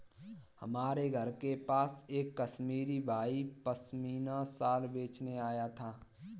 हमारे घर के पास एक कश्मीरी भाई पश्मीना शाल बेचने आया था